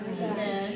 Amen